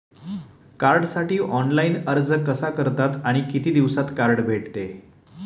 कार्डसाठी ऑनलाइन अर्ज कसा करतात आणि किती दिवसांत कार्ड भेटते?